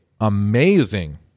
amazing